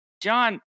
John